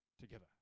together